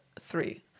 three